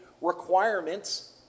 requirements